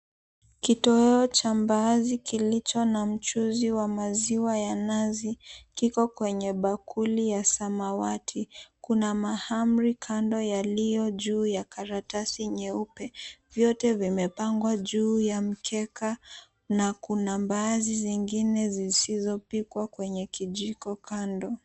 Kitoweo cha mbaazi kilicho na mchuuzi wa maziwa ya nazi kiko kwenye bakuli ya samawati, kuna mahamri kando yaliyojuu ya karatasi nyeupe. Vyote vimepangwa juu ya mkeka na kuna mbaazi zengine zisizopikwa kwenye kijiko kando.